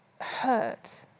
hurt